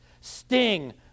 sting